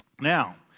Now